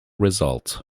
result